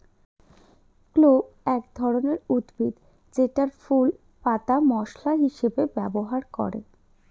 clove এক ধরনের উদ্ভিদ যেটার ফুল, পাতা মশলা হিসেবে ব্যবহার করে